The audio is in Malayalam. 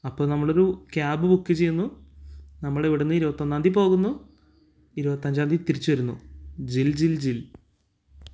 അപ്പോൾ നമ്മൾ ഒരു ക്യാബ് ബുക്ക് ചെയ്യുന്നു നമ്മൾ ഇവിടെ നിന്ന് ഇരുപത്തൊന്നാം തീയതി പോകുന്നു ഇരുപത്തഞ്ചാം തീയതി തിരിച്ച് വരുന്നു ജിൽ ജിൽ ജിൽ